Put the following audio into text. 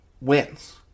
wins